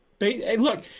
Look